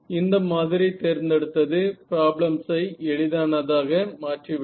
இந்த மாதிரி தேர்ந்தெடுத்தது பிராப்ளம்ஸ் ஐ எளிதானதாக மாற்றிவிட்டது